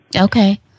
Okay